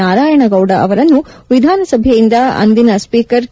ನಾರಾಯಣಗೌಡ ಅವರನ್ನು ವಿಧಾನಸಭೆಯಿಂದ ಅಂದಿನ ಸ್ಪೀಕರ್ ಕೆ